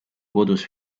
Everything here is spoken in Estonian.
kodus